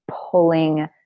pulling